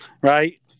Right